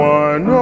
one